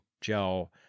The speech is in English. Joe